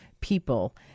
people